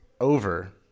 over